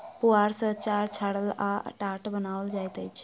पुआर सॅ चार छाड़ल आ टाट बनाओल जाइत अछि